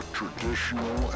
traditional